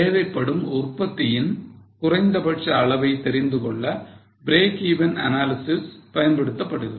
தேவைப்படும் உற்பத்தியின் குறைந்தபட்ச அளவை தெரிந்துகொள்ள breakeven analysis பயன்படுத்தப்படுகிறது